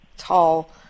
tall